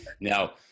Now